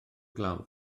glaw